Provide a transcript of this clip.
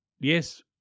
yes